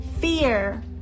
Fear